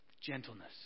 gentleness